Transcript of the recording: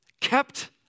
kept